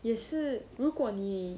也是如果你